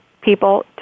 people